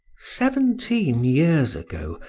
seventeen years ago,